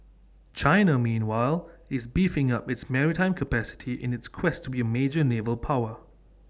China meanwhile is beefing up its maritime capacity in its quest to be A major naval power